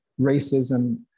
racism